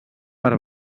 per